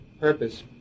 purpose